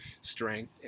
strength